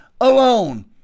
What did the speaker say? alone